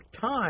time